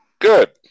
good